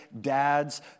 Dads